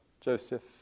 Joseph